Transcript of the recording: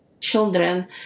children